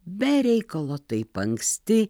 be reikalo taip anksti